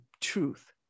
truth